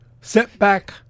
set-back